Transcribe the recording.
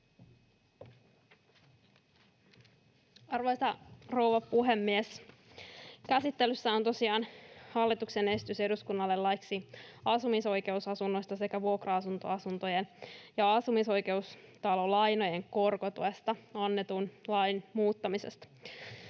N/A Type: speech Section: 7 - Hallituksen esitys eduskunnalle laeiksi asumisoikeusasunnoista sekä vuokra-asuntolainojen ja asumisoikeustalolainojen korkotuesta annetun lain muuttamisesta